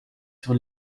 sur